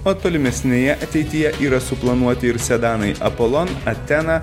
o tolimesnėje ateityje yra suplanuoti ir sedanai apolon atena